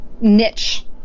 niche